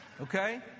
Okay